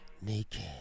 Naked